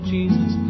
Jesus